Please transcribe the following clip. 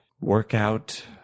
workout